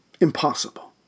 impossible